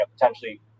potentially